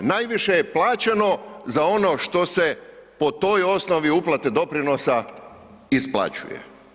Najviše je plaćeno za ono što se po toj osnovi uplate doprinosa isplaćuje.